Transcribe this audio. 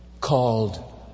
called